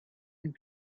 and